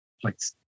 please